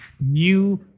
new